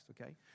Okay